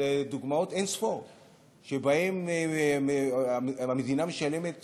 דוגמאות אין-ספור שבהן המדינה משלמת